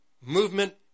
movement